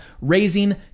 Raising